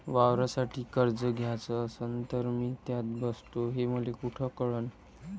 वावरासाठी कर्ज घ्याचं असन तर मी त्यात बसतो हे मले कुठ कळन?